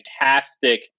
fantastic